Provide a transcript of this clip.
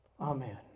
Amen